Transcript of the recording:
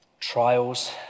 Trials